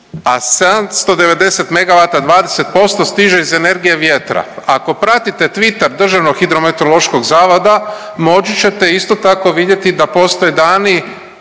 a 790 MW 20% stiže iz energije vjetra. Ako pratite Twitter DHMZ-a moći ćete isto tako vidjeti da postoje dani